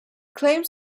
claims